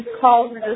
calls